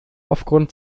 aufgrund